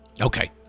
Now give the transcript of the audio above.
Okay